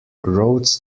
rhodes